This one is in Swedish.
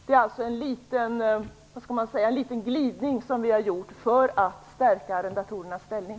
Vi har alltså gjort en liten glidning för att stärka arrendatorernas ställning.